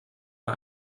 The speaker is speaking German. bei